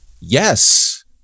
Yes